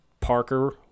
Parker